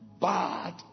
bad